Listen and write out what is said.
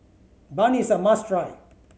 bun is a must try